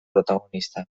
protagonista